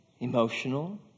emotional